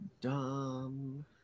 Dumb